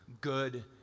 good